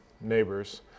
neighbors